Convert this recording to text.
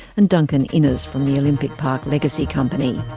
and duncan innes from the olympic park legacy company.